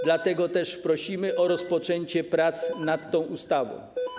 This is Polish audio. Dlatego też prosimy o rozpoczęcie prac nad tą ustawą.